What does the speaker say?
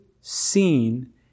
seen